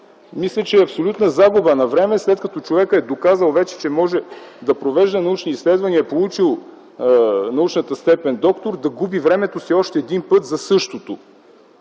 Мисля, че е абсолютна загуба на време, след като човекът е доказал, че може да провежда научни изследвания, получил е научната степен „доктор”, да губи още веднъж време за същото,